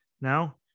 now